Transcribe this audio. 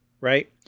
right